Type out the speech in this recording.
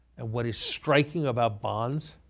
and what is striking about bonds